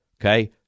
Okay